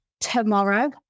Tomorrow